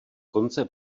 konce